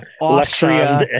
Austria